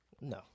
No